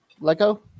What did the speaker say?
Lego